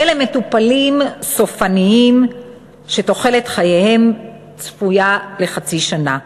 ומטופלים סופניים שתוחלת חייהם הצפויה היא חצי שנה.